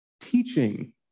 teaching